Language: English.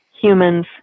humans